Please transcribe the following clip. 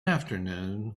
afternoon